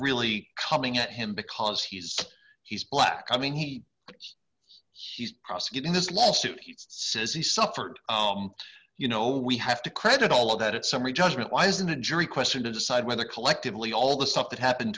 really coming at him because he's he's black i mean he he's prosecuting this lawsuit he says he suffered you know we have to credit all of that summary judgment why isn't a jury question to decide whether collectively all the stuff that happened